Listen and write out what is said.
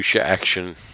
action